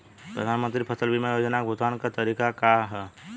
प्रधानमंत्री फसल बीमा योजना क भुगतान क तरीकाका ह?